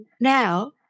now